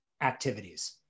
activities